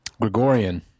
Gregorian